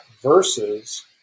versus